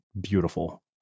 beautiful